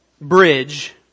bridge